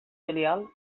juliol